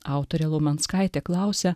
autorė laumenskaitė klausia